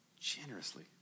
generously